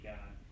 God